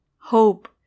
hope